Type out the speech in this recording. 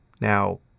Now